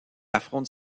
affronte